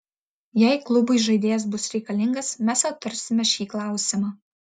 jei klubui žaidėjas bus reikalingas mes aptarsime šį klausimą